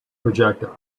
projectile